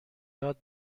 یاد